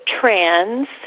trans